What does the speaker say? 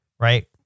Right